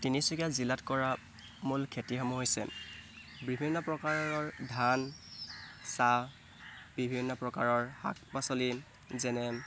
তিনিচুকীয়া জিলাত কৰা মূল খেতিসমূহ হৈছে বিভিন্ন প্ৰকাৰৰ ধান চাহ বিভিন্ন প্ৰকাৰৰ শাক পাচলি যেনে